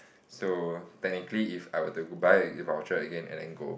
so technically if I were to buy a E voucher again and then go